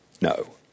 No